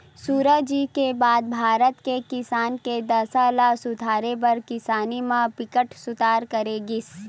सुराजी के बाद भारत के किसान के दसा ल सुधारे बर कृषि म बिकट सुधार करे गिस